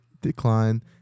Decline